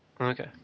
Okay